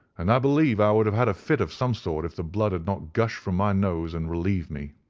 and i believe i would have had a fit of some sort if the blood had not gushed from my nose and relieved me.